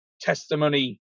testimony